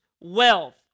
wealth